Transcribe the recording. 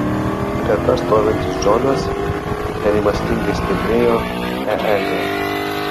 greta stovintis džonas nerimastingai stebėjo eeg